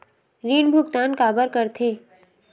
ऋण भुक्तान काबर कर थे?